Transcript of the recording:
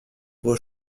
vos